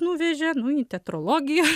nuvežė į teatrologiją